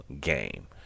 game